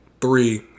three